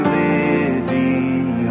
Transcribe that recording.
living